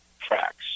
tracks